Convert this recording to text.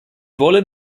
wollen